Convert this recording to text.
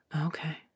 Okay